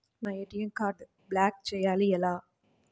నేను నా ఏ.టీ.ఎం కార్డ్ను బ్లాక్ చేయాలి ఎలా?